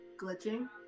glitching